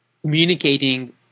communicating